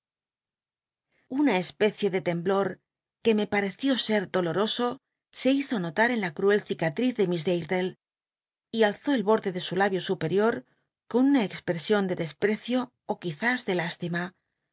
una especie de temblor que me pareció ser doloroso se hizo notar en la cruel cicatriz de miss darlle y alzó el borde de su labio superior con una exprcsion de desprecio ó quizás de lástima